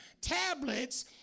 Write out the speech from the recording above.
tablets